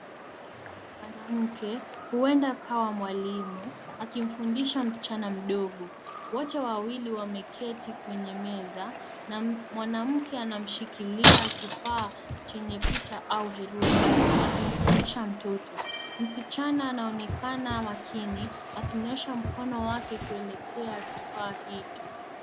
Mwanamke, huenda akawa mwalimu, akimfundisha msichana mdogo. Wote wawili wameketi kwenye meza na mwanamke anamshikilia kifaa chenye picha au herufi akimfundisha mtoto. Msichana anaonekana makini akinyosha mkono wake kukelekea kifaa hicho.